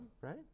right